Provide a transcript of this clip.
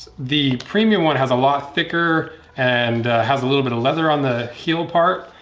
the premium one has a lot thicker and has a little bit of leather on the heel part,